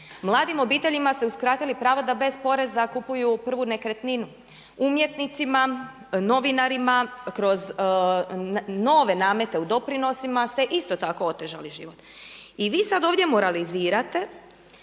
Mladim obiteljima ste uskratili prava da bez poreza kupuju prvu nekretninu. Umjetnicima, novinarima kroz nove namete u doprinosima ste isto tako otežali život. I vi sad ovdje moralizirate,